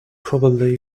probably